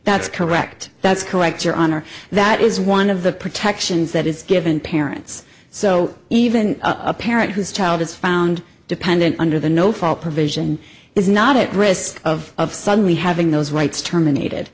that's correct that's correct your honor that is one of the protections that is given parents so even a parent whose child is found dependent under the no fault provision is not it risk of of suddenly having those rights terminated